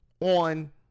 on